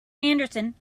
anderson